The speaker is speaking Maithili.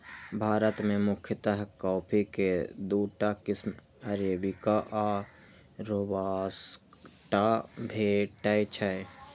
भारत मे मुख्यतः कॉफी के दूटा किस्म अरेबिका आ रोबास्टा भेटै छै